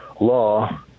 law